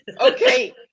Okay